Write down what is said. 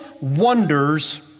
wonders